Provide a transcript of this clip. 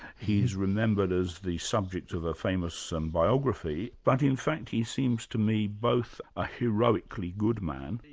he's remembered as the subject of a famous um biography, but in fact he seems to me both a heroically good man.